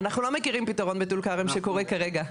אנחנו לא מכירים פתרון בטול כרם שקורה כרגע.